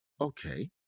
okay